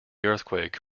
earthquake